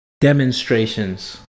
demonstrations